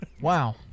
Wow